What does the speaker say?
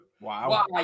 Wow